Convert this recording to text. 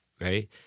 right